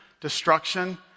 destruction